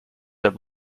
that